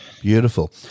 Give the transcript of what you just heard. Beautiful